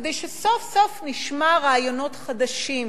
כדי שסוף-סוף נשמע רעיונות חדשים,